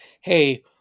hey